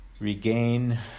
Regain